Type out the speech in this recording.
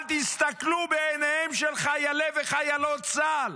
אל תסתכלו בעיניהם של חיילי וחיילות צה"ל.